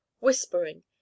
Whispering